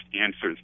answers